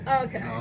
okay